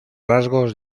rasgos